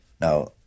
Now